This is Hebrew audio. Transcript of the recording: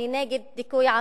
אני נגד דיכוי עמים,